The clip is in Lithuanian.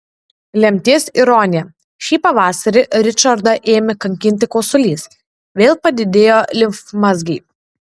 lemties ironija šį pavasarį ričardą ėmė kankinti kosulys vėl padidėjo limfmazgiai